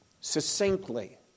succinctly